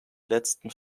letzten